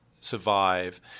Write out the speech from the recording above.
survive